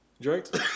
Drake